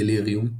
דליריום,